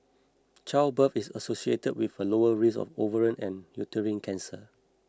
childbirth is associated with a lower risk of ovarian and uterine cancer